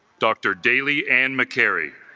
dr. daly ann meharry